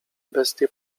bestie